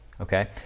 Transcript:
okay